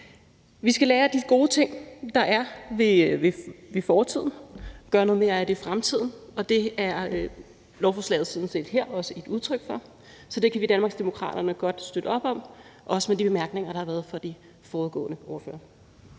Vi skal lære af de gode ting, der er ved fortiden, og gøre noget mere af det i fremtiden, og det er lovforslaget her sådan set også et udtryk for. Så det kan vi i Danmarksdemokraterne godt støtte op om, også med de bemærkninger, der har været fra de foregående ordførere.